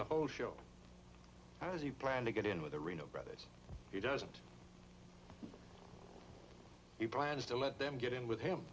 the whole show and as you plan to get in with the reno brothers he doesn't he plans to let them get in with him